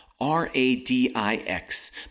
R-A-D-I-X